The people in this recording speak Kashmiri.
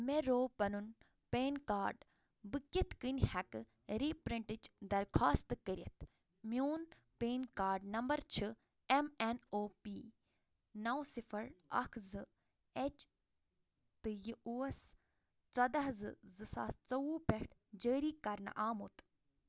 مےٚ رُاو پنن پین کارڈ بہٕ کِتھ کٔنۍ ہؠکہٕ ری پرنٹٕچ درخواست کٔرتھ میون پین کارڈ نمبر چھِ اٮ۪م این او پی نو صِفر اکھ زٕ اٮ۪چ تہٕ یہ اوس ژۄدہ زٕ زٕ ساس ژۄوُہ پؠٹھ جٲری کرنہٕ آمت